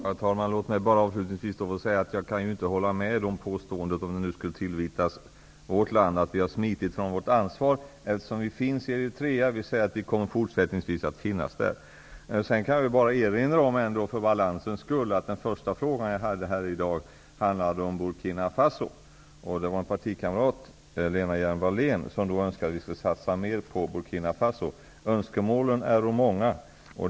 Herr talman! Låt mig bara avslutningsvis säga att jag inte kan instämma i påståendet, om det nu skulle tillvitas vårt land, att vi har smitit från vårt ansvar. Vi finns ju och kommer fortsättningsvis att finnas i Eritrea. För balansens skull kan jag erinra om att den första frågan jag besvarade i dag handlade om Burkina Faso. Det var en partikamrat, Lena Hjelm-Wallén, som önskade att vi skulle satsa mer på Burkina Faso. Önskemålen äro många.